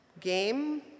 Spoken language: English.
Game